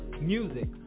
music